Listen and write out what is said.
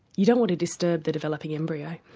you don't want to disturb the developing embryo.